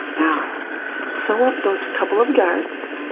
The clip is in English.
now sew up those couple of darts